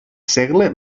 segle